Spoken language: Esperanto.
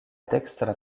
dekstra